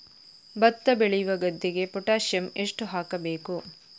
ಭತ್ತ ಬೆಳೆಯುವ ಗದ್ದೆಗೆ ಪೊಟ್ಯಾಸಿಯಂ ಎಷ್ಟು ಹಾಕಬೇಕು?